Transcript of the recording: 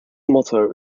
motto